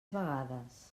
vegades